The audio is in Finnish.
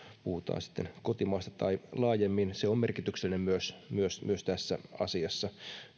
puhutaan sitten kotimaasta tai laajemmin se on merkityksellinen myös myös tässä asiassa